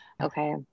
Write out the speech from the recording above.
Okay